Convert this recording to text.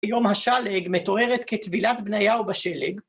יום השלג מתוארת כטבילת בנייהו בשלג